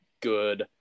good